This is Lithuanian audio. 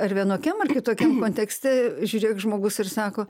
ar vienokiam ar kitokiam kontekste žiūrėk žmogus ir sako